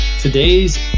Today's